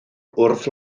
wrth